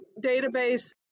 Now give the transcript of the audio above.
database